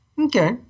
Okay